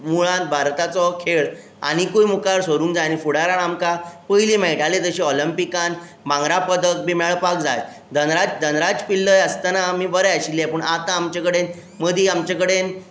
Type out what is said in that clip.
मुळान भारताचो खेळ आनीकूय मुखार सरूंक जाय आनी फुडाराक आमकां पयलीं मेळटाले तशे ऑलम्पिकांत भांगरा पदक बी मेळपाक जाय धनराज पिल्लय आसतना आमी बरे आशिल्ले पूण आतां आमचे कडेन मदीं आमचे कडेन